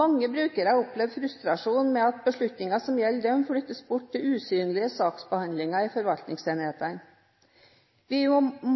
Mange brukere opplever frustrasjon ved at beslutninger som gjelder dem, flyttes bort til usynlige saksbehandlere i forvaltningsenhetene. Vi